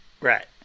Right